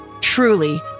truly